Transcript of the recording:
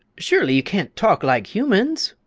surely you can't talk like humans!